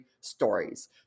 stories